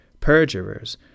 perjurers